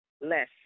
less